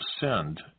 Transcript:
send